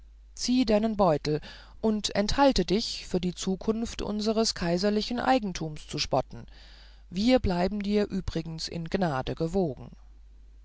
zieh deinen beutel und enthalte dich für die zukunft unseres kaiserlichen eigentums zu spotten wir bleiben dir übrigens in gnaden gewogen